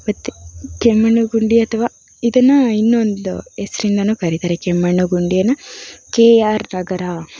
ಮತ್ತು ಕೆಮ್ಮಣ್ಣುಗುಂಡಿ ಅಥವಾ ಇದನ್ನು ಇನ್ನೊಂದು ಹೆಸರಿಂದಲೂ ಕರೀತಾರೆ ಕೆಮ್ಮಣ್ಣುಗುಂಡಿಯನ್ನು ಕೆ ಆರ್ ನಗರ